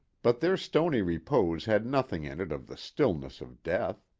but their stony repose had nothing in it of the stillness of death.